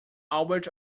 albert